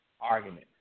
argument